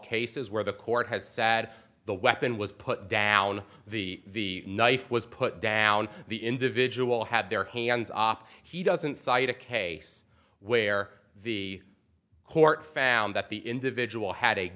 cases where the court has said the weapon was put down the knife was put down the individual had their hands op he doesn't cite a case where the court found that the individual had